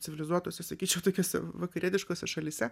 civilizuotose sakyčiau tokiose vakarietiškose šalyse